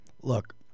Look